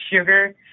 sugar